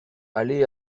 allez